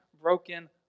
broken